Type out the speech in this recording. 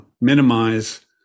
minimize